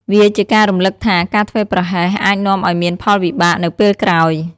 វាជាការរំលឹកថា ការធ្វេសប្រហែសអាចនាំឱ្យមានផលវិបាកនៅពេលក្រោយ។